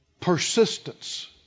Persistence